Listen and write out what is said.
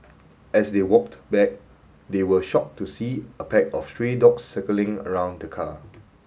as they walked back they were shocked to see a pack of stray dogs circling around the car